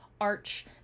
arch